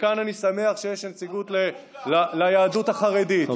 ואני שמח שיש כאן נציגות ליהדות החרדית.